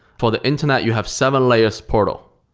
for the internet, you have seven layers portal.